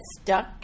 stuck